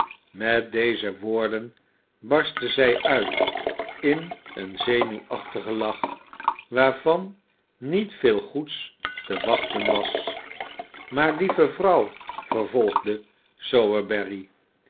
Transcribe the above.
met deze woorden barstte zij uit in een zenuwachtigen lach waarvan niet veel goeds te wachten was maar lieve vrouw vervolgde sowerberry